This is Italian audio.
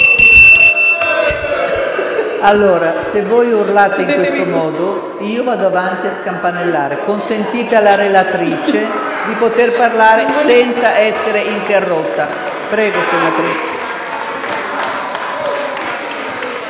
Colleghi, se voi urlate in questo modo, io vado avanti a scampanellare. Consentite alla relatrice di parlare senza essere interrotta. *(Applausi